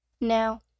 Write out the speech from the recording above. Now